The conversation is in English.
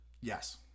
Yes